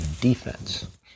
defense